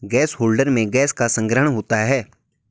gas holder में gas का संग्रहण होता है